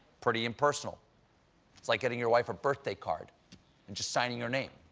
pretty impersonal. it's like getting your wife a birthday card and just signing your name.